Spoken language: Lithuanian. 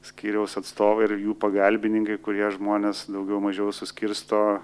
skyriaus atstovai ir jų pagalbininkai kurie žmonės daugiau mažiau suskirsto